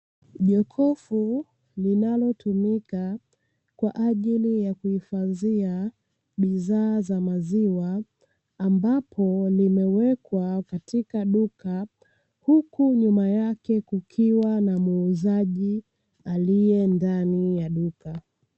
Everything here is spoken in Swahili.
Jokofu linalotumika kwa ajili ya kuhifadhia bidhaa za maziwa, ambapo limewekwa katika duka. Huku nyuma yake kukiwa na muuzaji, aliye ndani ya duka.